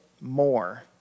more